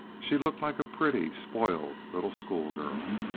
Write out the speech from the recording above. she looked like a pretty, spoiled little schoolgirl.